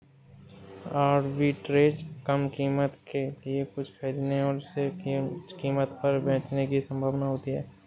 arbitrage कम कीमत के लिए कुछ खरीदने और इसे उच्च कीमत पर बेचने की संभावना होती है